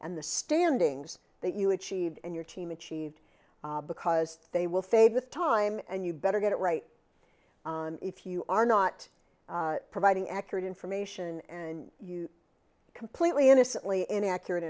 and the standings that you achieved and your team achieved because they will fade with time and you better get it right if you are not providing accurate information and completely innocently inaccurate